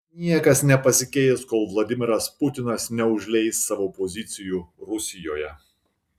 niekas nepasikeis kol vladimiras putinas neužleis savo pozicijų rusijoje